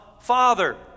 Father